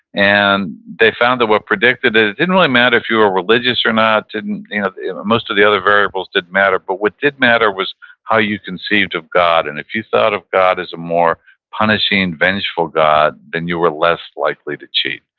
and they found that what predicted it, it didn't really matter if you were religious or not, you know most of the other variables didn't matter, but what did matter was how you conceived of god. and if you thought of god as a more punishing, and vengeful god, then you were less likely to cheat,